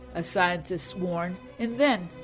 ah scientists warn, and then,